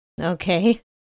Okay